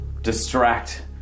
distract